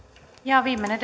viimeinen